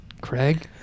Craig